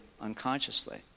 unconsciously